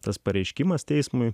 tas pareiškimas teismui